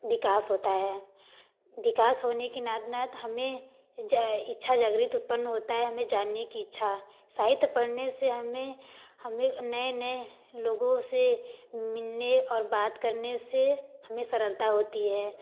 विकास होता है विकास होने की हमें जे इच्छा जागृत उत्पन्न होता है हमें जानने की इच्छा साहित्य पढ़ने से हमें हमें नए नए लोगों से मिलने और बात करने से हमें सरलता होती है